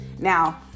Now